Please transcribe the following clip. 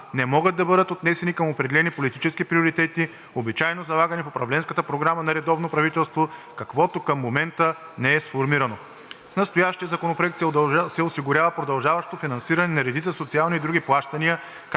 не могат да бъдат отнесени към определени политически приоритети, обичайно залагани в управленската програма на редовно правителство, каквото към момента не е сформирано. С настоящия законопроект се осигурява продължаващо финансиране на редица социални и други плащания,